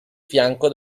fianco